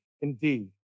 indeed